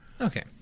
Okay